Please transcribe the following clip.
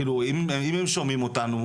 אני מקווה שיפה והאחרים שומעים אותנו.